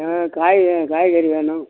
ம் காயிகறி காய்கறி வேணும்